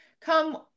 Come